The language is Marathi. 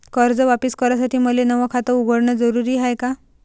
कर्ज वापिस करासाठी मले नव खात उघडन जरुरी हाय का?